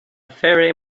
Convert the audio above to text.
fairy